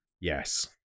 Yes